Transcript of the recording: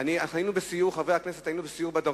היינו בסיור בדרום,